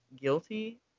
guilty